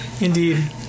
Indeed